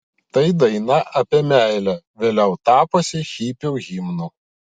tai daina apie meilę vėliau tapusi hipių himnu